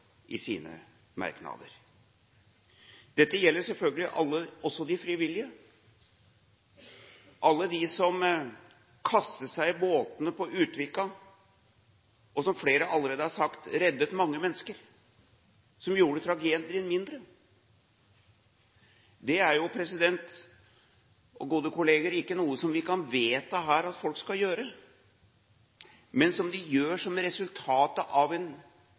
i sine merknader. Dette gjelder selvfølgelig også de frivillige, alle dem som kastet seg i båtene på Utvika, og, som flere allerede har sagt, reddet mange mennesker. Det gjorde tragedien mindre. Det er ikke noe som vi kan vedta her at folk skal gjøre, men som de gjør som resultatet av en